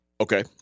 Okay